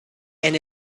and